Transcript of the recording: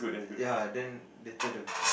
ya then later the